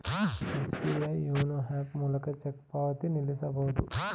SBI YONO app ಮೂಲಕ cheque ಪಾವತಿ ನಿಲ್ಲಿಸಬಹುದು